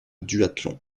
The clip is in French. duathlon